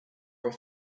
are